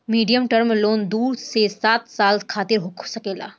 medium term loan दू से सात साल खातिर हो सकेला